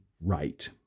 right